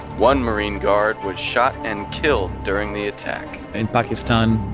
one marine guard was shot and killed during the attack in pakistan,